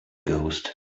ghost